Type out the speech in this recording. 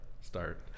start